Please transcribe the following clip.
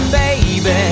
baby